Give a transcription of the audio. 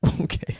okay